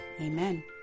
amen